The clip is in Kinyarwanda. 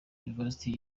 university